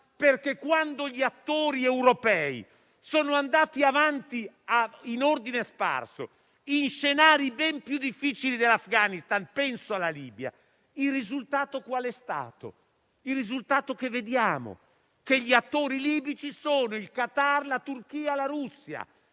perché quando gli attori europei sono andati avanti in ordine sparso, in scenari ben più difficili dell'Afghanistan - penso alla Libia - il risultato è stato quello che vediamo; gli attori libici sono il Qatar, la Turchia e la Russia;